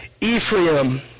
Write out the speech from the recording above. Ephraim